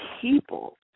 people